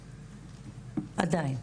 עדיין.